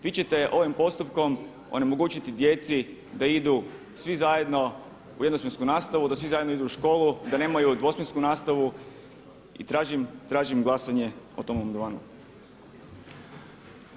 Vi ćete ovim postupkom onemogućiti djeci da idu svi zajedno u jednosmjensku nastavu, da svi zajedno idu u školu i da nemaju dvosmjensku nastavu i tražim glasanje o tom amandmanu.